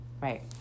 Right